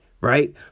right